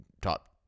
top